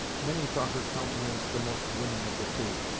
many thought her countenance the most winning of the two.